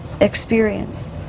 experience